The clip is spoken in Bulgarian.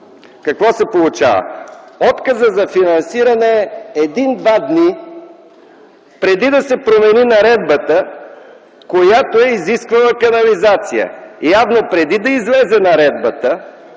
Какво се получава? Отказът за финансиране е един-два дни преди да се промени наредбата, която е изисквала канализация. Явно преди да излезе наредбата